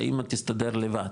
שהאמא תסתדר לבד,